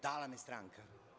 Dala mi stranka.